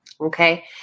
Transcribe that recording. Okay